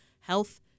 health